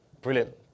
Brilliant